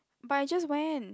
but I just went